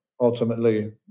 ultimately